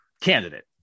candidate